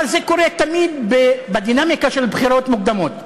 אבל זה קורה תמיד בדינמיקה של בחירות מוקדמות.